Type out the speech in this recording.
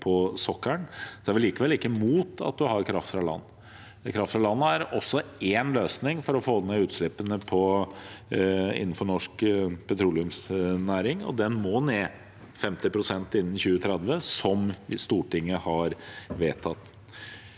sokkelen – likevel ikke mot at vi har kraft fra land. Kraft fra land er også en løsning for å få ned utslippene innenfor norsk petroleumsnæring, og den må ned 50 pst. innen 2030, som Stortinget har vedtatt.